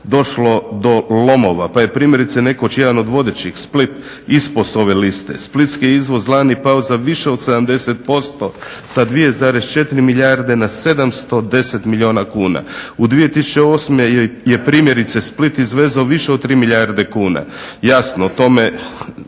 došlo do lomova pa je primjerice nekoć jedan od vodećih Split ispao s ove liste. Splitski je izvoz lani pao za više od 70%, sa 2,4 milijarde na 710 milijuna kuna. U 2008. je primjerice Split izvezao više od 3 milijarde kuna. Jasno tome